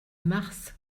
mars